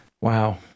Wow